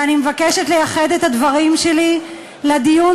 ואני מבקשת לייחד את הדברים שלי לדיון